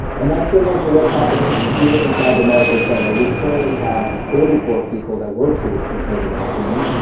and that's similar to what's happening here inside the medical center, we currently have forty four people that we're treating for covid nineteen,